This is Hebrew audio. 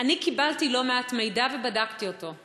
אני קיבלתי לא מעט מידע, ובדקתי אותו.